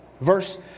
Verse